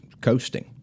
coasting